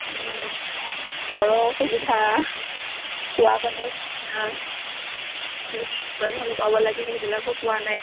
ঘৰৰ অসুবিধা খোৱা পানীৰ অসুবিধা যিবিলাক আঁচনিসমূহ পাব লাগে সেইবিলাকো পোৱা নাই